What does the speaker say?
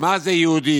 מה זה יהודי.